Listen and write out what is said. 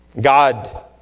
God